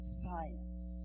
science